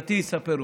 "תהלתי יספרו".